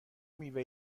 میوه